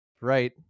right